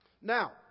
Now